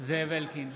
אלקין,